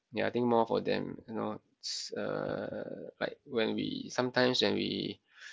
ya I think more for them you know s~ uh like when we sometimes when we